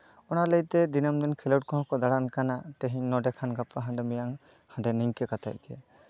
ᱚᱱᱟ ᱞᱟᱹᱭᱛᱮ ᱫᱤᱱᱟᱹᱢ ᱫᱤᱱ ᱠᱷᱮᱞᱳᱰ ᱠᱚᱦᱚᱸ ᱠᱚ ᱫᱟᱬᱟᱱ ᱛᱮᱦᱮᱧ ᱱᱚᱰᱮ ᱠᱷᱟᱱ ᱢᱮᱭᱟᱝ ᱦᱟᱰᱮ ᱱᱤᱝᱠᱟᱹ ᱠᱟᱛᱮᱜ ᱜᱮ